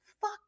fuck